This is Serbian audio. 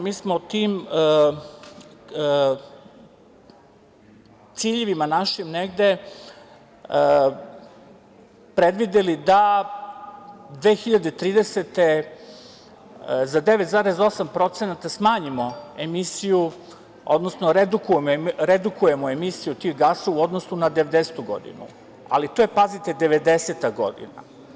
Mi smo tim ciljevima našim, negde predvideli da 2030. godine za 9,8% smanjimo emisiju, odnosno redukujemo emisiju tih gasova u odnosu na 90-tu godinu, ali to je, pazite, 90-ta godina.